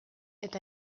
eta